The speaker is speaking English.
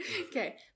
Okay